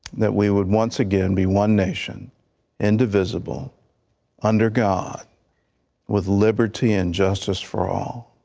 that we would once again be one nation and the visible under god with liberty and justice for all.